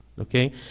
Okay